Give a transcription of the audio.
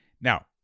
Now